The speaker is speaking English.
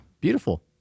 beautiful